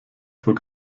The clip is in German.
vor